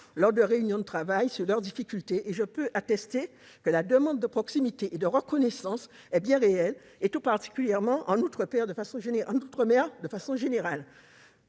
lors de réunions de travail, leurs difficultés. Je peux attester que la demande de proximité et de reconnaissance est bien réelle, tout particulièrement en outre-mer. Depuis les